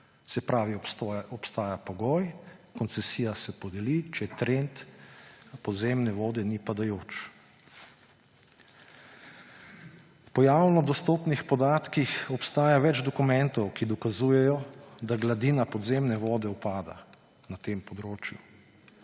Se pravi, obstaja pogoj, koncesija se podeli, če trend podzemne vode ni padajoč. Po javno dostopnih podatkih obstaja več dokumentov, ki dokazujejo, da gladina podzemne vode upada na tem območju.